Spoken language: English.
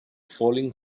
falling